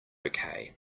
okay